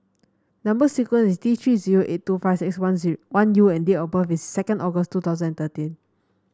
number sequence is T Three zero eight two five six one one U and date of birth is second August two thousand and thirteen